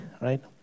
right